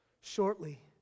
Shortly